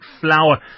Flower